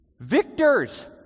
victors